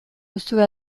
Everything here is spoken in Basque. duzue